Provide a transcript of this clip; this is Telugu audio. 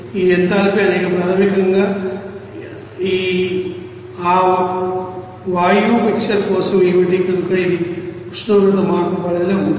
ఈ ఎంథాల్పీ అనేది ప్రాథమికంగా ఆ వాయువు మిక్సర్ కోసం ఏమిటి కనుక ఇది ఉష్ణోగ్రత మార్పు పరిధిలో ఉంటుంది